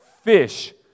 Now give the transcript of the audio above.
fish